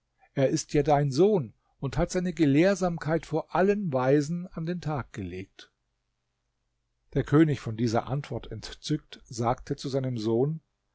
er ist ja dein sohn und hat seine gelehrsamkeit vor allen weisen an den tag gelegt der könig von dieser antwort entzückt sagte zu seinem sohn